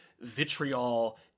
vitriol